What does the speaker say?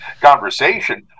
conversation